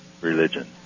religion